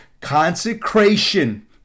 Consecration